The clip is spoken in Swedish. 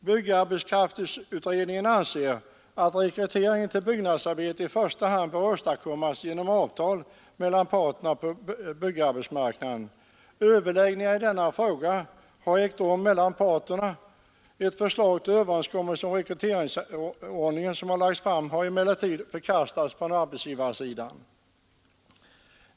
Byggarbetskraftutredningen anser att rekryteringen till byggnadsarbete i första hand bör åstadkommas genom avtal mellan parterna på byggarbetsmarknaden. Överläggningar i denna fråga har ägt rum mellan parterna. Ett förslag till överenskommelse om rekryteringsordningen som har lagts fram har emellertid förkastats av arbetsgivarsidan.